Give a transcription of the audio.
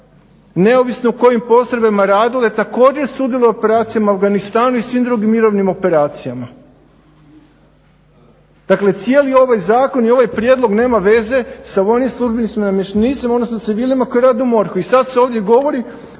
neovisno u kojim postrojbama radile također sudjeluju u operacijama u Afganistanu i svim drugim mirovnim operacijama. Dakle, cijeli ovaj zakon i ovaj prijedlog nema veze sa vojinim službenicima i namještenicima, odnosno civilima koji rade u MORH-u. I sad se ovdje govori